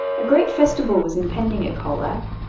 a great festival was impending at colac,